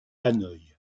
hanoï